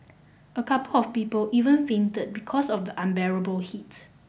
a couple of people even fainted because of the unbearable heat